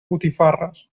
botifarres